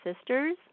sisters